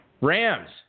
Rams